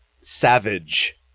savage